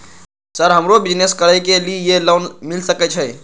Sir हमरो business करके ली ये लोन मिल सके छे?